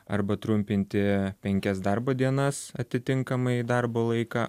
arba trumpinti penkias darbo dienas atitinkamai darbo laiką